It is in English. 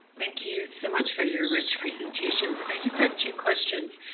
thank you so much for your rich presentations. i just had two questions.